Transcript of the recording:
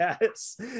yes